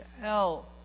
hell